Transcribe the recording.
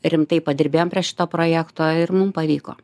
rimtai padirbėjom prie šito projekto ir mum pavyko